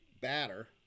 batter